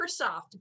Microsoft